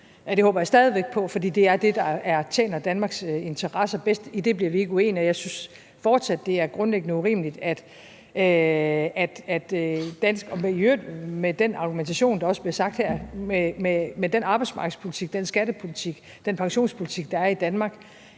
det håber jeg stadig væk på, for det er det, der tjener Danmarks interesser bedst; om det bliver vi ikke uenige. Og jeg synes fortsat, at det er grundlæggende urimeligt, at vi – og i øvrigt med den argumentation, der også bliver brugt her – med den arbejdsmarkedspolitik, den skattepolitik, den pensionspolitik, der er i Danmark,